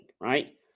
right